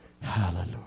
Hallelujah